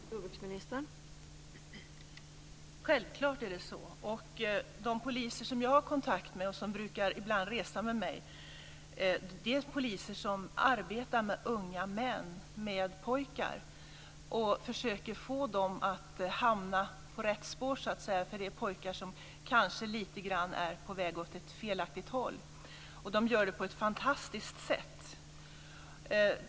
Fru talman! Självklart är det så, och de poliser som jag har kontakt med och som ibland brukar resa med mig arbetar med unga män och pojkar och försöker få dem att hamna på rätt spår, eftersom det är pojkar som kanske lite grann är på väg åt fel håll. Dessa poliser gör det på ett fantastiskt sätt.